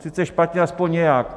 Sice špatně, alespoň nějak.